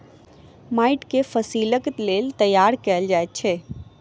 माइट के फसीलक लेल तैयार कएल जाइत अछि